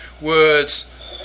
words